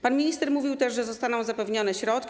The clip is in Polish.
Pan minister mówił też, że zostaną zapewnione środki.